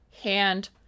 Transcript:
hand